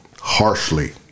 harshly